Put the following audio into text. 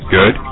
Good